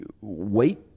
Wait